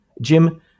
Jim